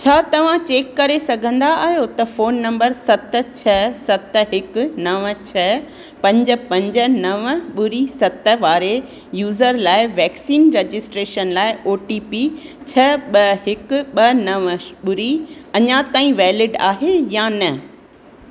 छा तव्हां चेक करे सघंदा आहियो त फोन नंबर सत छ सत हिकु नव छ पंज पंज नव ॿुड़ी सत वारे यूज़र लाइ वैक्सीन रजिस्ट्रेशन लाइ ओ टी पी छ ॿ हिकु ॿ नवं ॿुड़ी अञा ताईं वैलिड आहे या न